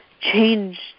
change